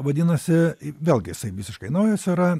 vadinasi vėlgi jisai visiškai naujas yra